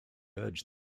urged